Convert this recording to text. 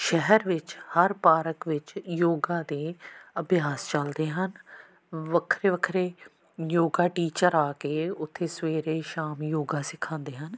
ਸ਼ਹਿਰ ਵਿੱਚ ਹਰ ਪਾਰਕ ਵਿੱਚ ਯੋਗਾ ਦੇ ਅਭਿਆਸ ਚਲਦੇ ਹਨ ਵੱਖਰੇ ਵੱਖਰੇ ਯੋਗਾ ਟੀਚਰ ਆ ਕੇ ਉੱਥੇ ਸਵੇਰੇ ਸ਼ਾਮ ਯੋਗਾ ਸਿਖਾਉਂਦੇ ਹਨ